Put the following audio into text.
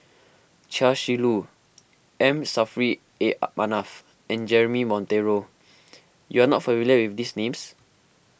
Chia Shi Lu M Saffri A Manaf and Jeremy Monteiro you are not familiar with these names